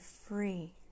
free